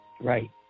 Right